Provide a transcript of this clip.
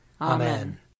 Amen